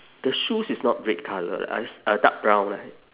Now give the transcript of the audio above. the shoes is not red colour it's uh dark brown